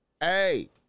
Hey